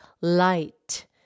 light